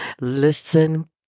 Listen